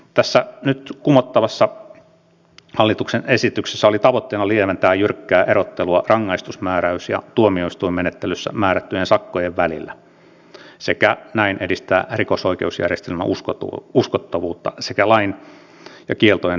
tässä nyt kumottavassa hallituksen esityksessä oli tavoitteena lieventää jyrkkää erottelua rangaistusmääräys ja tuomioistuinmenettelyssä määrättyjen sakkojen välillä sekä näin edistää rikosoikeusjärjestelmän uskottavuutta sekä lain ja kieltojen noudattamista